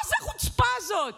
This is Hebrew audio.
מה זה החוצפה הזאת?